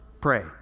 Pray